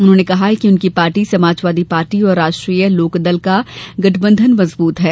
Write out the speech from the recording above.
उन्होंने कहा कि उनकी पार्टी समाजवादी पार्टी और राष्ट्रीय लोकदल का गठबंधन मजबूत है